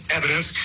evidence